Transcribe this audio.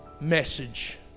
message